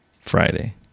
friday